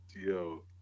Yo